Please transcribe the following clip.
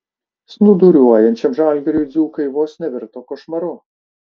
snūduriuojančiam žalgiriui dzūkai vos nevirto košmaru